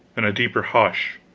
and a deeper hush,